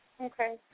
Okay